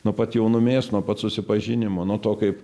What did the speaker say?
nuo pat jaunumės nuo pat susipažinimo nuo to kaip